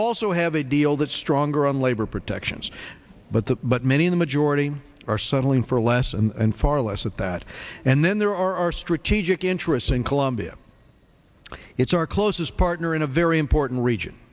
also have a deal that stronger on labor protections but the but many in the majority are settling for less and far less at that and then there are strategic interests in colombia it's our closest partner in a very important region